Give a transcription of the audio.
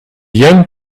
young